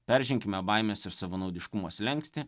perženkime baimės ir savanaudiškumo slenkstį